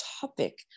topic